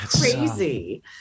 crazy